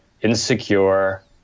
insecure